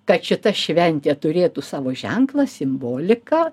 kad šita šventė turėtų savo ženklą simboliką